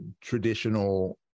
traditional